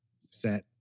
set